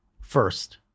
first